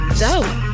dope